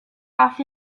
off